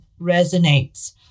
resonates